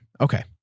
Okay